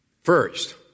First